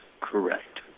correct